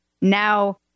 now